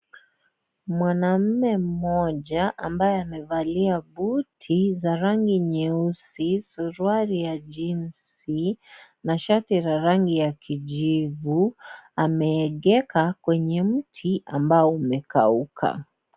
Mwanamme mmoja ambaye amevalia buti za rangi nyeusi, suruali ya jinsi na shati la rangi ya kijivu ameegeka kwenye mti ambao umekauka.